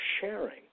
sharing